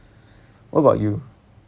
what about you